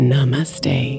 Namaste